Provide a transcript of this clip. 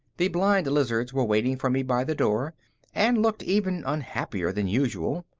the blind lizards were waiting for me by the door and looked even unhappier than usual.